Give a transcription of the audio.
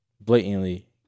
blatantly